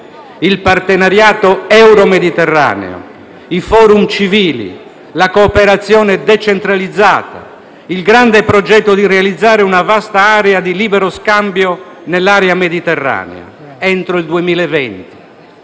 il partenariato euromediterraneo, i *forum* civili, la cooperazione decentralizzata e il grande progetto di realizzare una vasta area di libero scambio nell'area mediterranea entro il 2020,